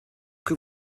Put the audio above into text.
que